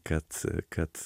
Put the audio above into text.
kad kad